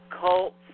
cult